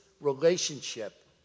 relationship